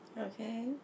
Okay